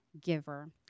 giver